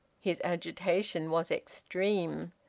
his agitation was extreme.